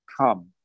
come